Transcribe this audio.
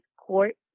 court